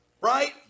right